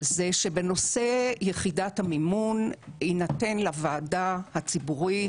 שבנושא יחידת המימון יינתן לוועדה הציבורית